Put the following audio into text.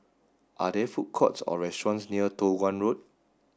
are there food courts or restaurants near Toh Guan Road